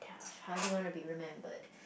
hardly want to be remembered